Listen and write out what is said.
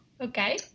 Okay